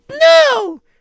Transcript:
No